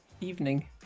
evening